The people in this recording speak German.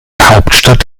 hauptstadt